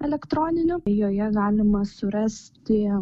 elektroninių joje galima surasti